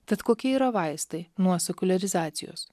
tad kokie yra vaistai nuo sekuliarizacijos